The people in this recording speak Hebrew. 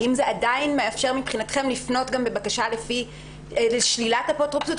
האם זה עדיין מאפשר מבחינתכם לפנות גם בבקשה לשלילת אפוטרופסות?